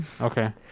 okay